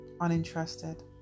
uninterested